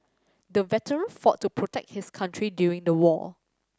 the veteran fought to protect his country during the war